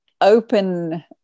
open